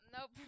Nope